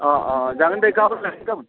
जागोन दे गाबोन लायनोसै गाबोन